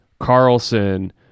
Carlson